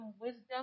wisdom